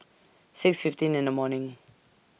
six fifteen in The morning